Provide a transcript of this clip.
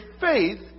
faith